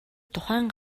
тухайн